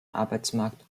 arbeitsmarkt